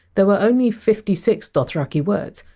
there were only fifty six dothraki words,